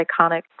iconic